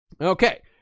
okay